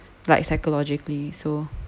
like psychologically so